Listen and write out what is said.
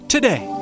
Today